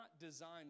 designed